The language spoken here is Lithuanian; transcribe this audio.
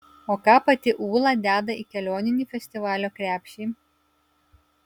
o ką pati ūla deda į kelioninį festivalio krepšį